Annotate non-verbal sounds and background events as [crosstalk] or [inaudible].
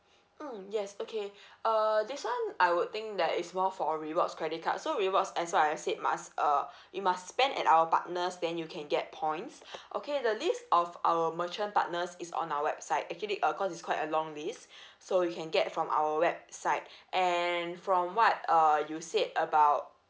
mm yes okay [breath] err this one I would think that is more for rewards credit card so rewards as what I said must uh you must spend at our partners then you can get points okay the list of our merchant partners is on our website actually uh cause is quite a long list [breath] so you can get from our website and from what uh you said about